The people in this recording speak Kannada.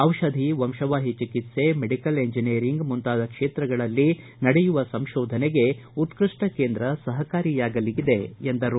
ದಿಪಧ ವಂಶವಾಹಿ ಚಿಕಿತ್ಸೆ ಮೆಡಿಕಲ್ ಇಂಜಿನಿಯರಿಂಗ್ ಮುಂತಾದ ಕ್ಷೇತ್ರಗಳಲ್ಲಿ ನಡೆಯುವ ಸಂಶೋಧನೆಗೆ ಉತ್ತೃಷ್ಟ ಕೇಂದ್ರ ಸಹಕಾರಿಯಾಗಲಿದೆ ಎಂದರು